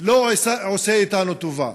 לא עושה לנו טובה,